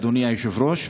אדוני היושב-ראש,